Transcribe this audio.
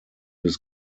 des